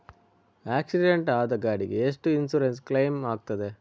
Accident ಆದ ಗಾಡಿಗೆ ಎಷ್ಟು ಇನ್ಸೂರೆನ್ಸ್ ಕ್ಲೇಮ್ ಆಗ್ತದೆ?